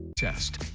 test.